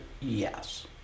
Yes